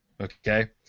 Okay